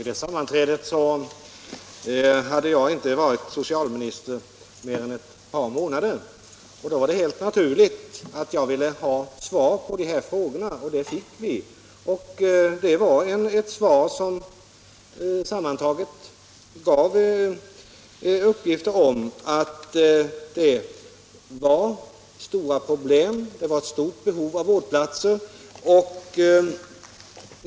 Herr talman! Vid det nämnda sammanträdet hade jag inte varit socialminister i mer än ett par månader, och då var det helt naturligt att jag ville ha svar på de här frågorna. Det fick jag också. Det var svar som sammantaget gav uppgifter om att det fanns stora problem, att det var ett stort behov av vårdplatser.